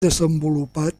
desenvolupat